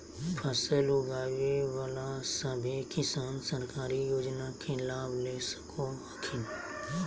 फसल उगाबे बला सभै किसान सरकारी योजना के लाभ ले सको हखिन